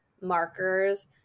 markers